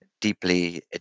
deeply